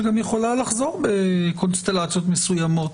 שגם יכולה לחזור בקונסטלציות מסוימות,